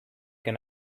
can